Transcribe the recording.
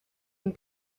une